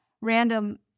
random